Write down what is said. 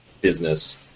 business